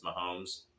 Mahomes